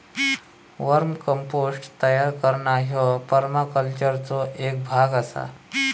वर्म compost तयार करणा ह्यो परमाकल्चरचो एक भाग आसा